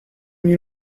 mis